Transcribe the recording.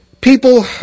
people